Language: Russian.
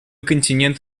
континент